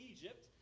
Egypt